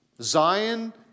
Zion